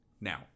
Now